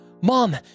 Mom